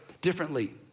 differently